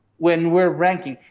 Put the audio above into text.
when we're ranking,